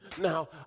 Now